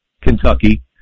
Kentucky